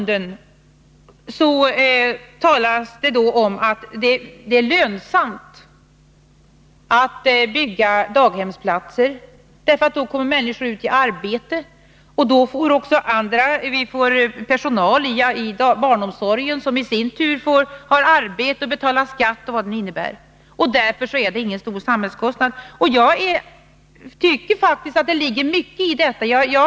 Det talas nämligen om att det är lönsamt att bygga daghemsplatser, eftersom människorna då kommer ut i arbete och betalar skatt med allt vad det innebär. Denna utbyggnad anses därför inte innebära någon stor samhällskostnad. Jag tycker faktiskt att det ligger mycket i detta resonemang.